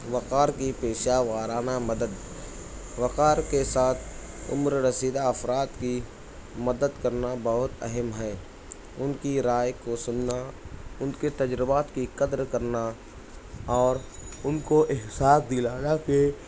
وقار کی پیشہ وارانہ مدد وقار کے ساتھ عمررسیدہ افراد کی مدد کرنا بہت اہم ہے ان کی رائے کو سننا ان کے تجربات کی قدر کرنا اور ان کو احساس دلانا کہ